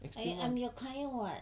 I I'm your client [what]